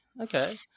okay